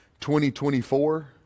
2024